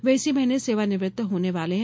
वे इसी महीने सेवानिवृत्त होने वाले हैं